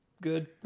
Good